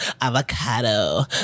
avocado